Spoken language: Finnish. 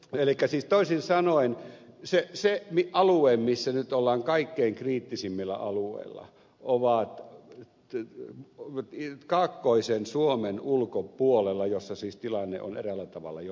elikkä siis toisin sanoen se alue joka nyt on kaikkein kriittisimpiä on kaakkoisen suomen ulkopuolella missä siis tilanne on eräällä tavalla jo menetetty